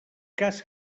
cas